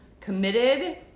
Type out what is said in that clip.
committed